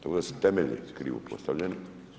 To da su temelji krivo postavljeni.